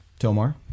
Tilmar